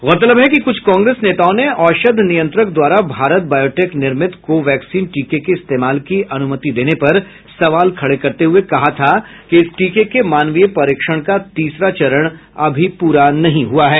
गौरतलब है कि कुछ कांग्रेस नेताओं ने औषध नियंत्रक द्वारा भारत बायोटेक निर्मित कोवैक्सीन टीके के इस्तेमाल की अनुमति देने पर सवाल खड़े करते हुए कहा था कि इस टीके के मानवीय परीक्षण का तीसरा चरण अभी पूरा नहीं हुआ है